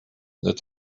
that